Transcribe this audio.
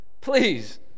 please